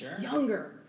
younger